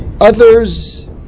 others